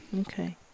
Okay